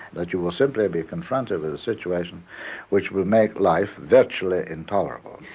that you will simply be confronted with a situation which will make life virtually intolerable.